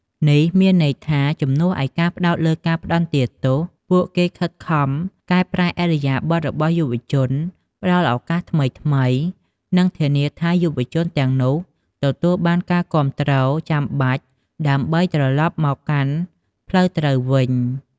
នេះមានន័យថា ជំនួសឱ្យការផ្តោតលើការផ្តន្ទាទោស ពួកគេខិតខំកែប្រែឥរិយាបថរបស់យុវជន ផ្តល់ឱកាសថ្មីៗ និងធានាថាយុវជនទាំងនោះទទួលបានការគាំទ្រចាំបាច់ដើម្បីត្រឡប់មកកាន់ផ្លូវត្រូវវិញ។